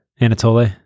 Anatole